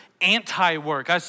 anti-work